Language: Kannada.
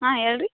ಹಾಂ ಹೇಳ್ ರೀ